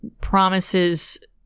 promises